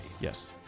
Yes